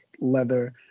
leather